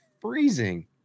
freezing